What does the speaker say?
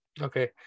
Okay